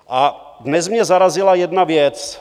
A dnes mě zarazila jedna věc.